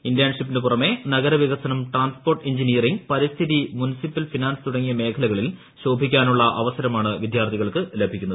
ഇന്റേൺഷിപ്പിന് പുറണെ നഗര വികസനം ട്രാൻസ്പോർട്ട് എഞ്ചിനീയറിംഗ് പരിസ്ഥിതി മുനിസിപ്പൽ ഫിനാൻസ് തുടങ്ങിയ മേഖലകളിൽ ശോഭിക്കാനുള്ള അവസരമാണു വിദ്യാർത്ഥികൾക്ക് ലഭിക്കുന്നത്